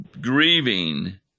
grieving